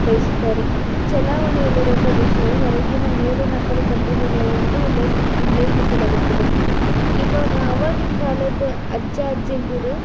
ಬಯಸುತ್ತಾರೆ ಚಲಾವಣೆಯಲ್ಲಿರುವ ಪ್ರದೇಶಗಳು ಹೊರಗಿನ ಮೇಲು ನಕಲು ಪತ್ರಿಕೆಗಳೆಂದು ಉಲ್ಲೇಖಿಸಲಾಗುತ್ತದೆ ಇವಾಗ ಆವಾಗಿನ ಕಾಲದ ಅಜ್ಜ ಅಜ್ಜಿಂದಿರು